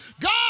God